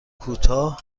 کوتاه